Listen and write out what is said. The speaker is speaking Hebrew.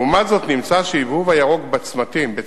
לעומת זאת, נמצא שההבהוב הירוק בצמתים